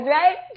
right